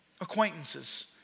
acquaintances